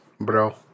bro